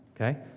okay